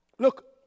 Look